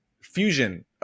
fusion